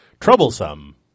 troublesome